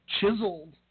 chiseled